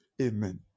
Amen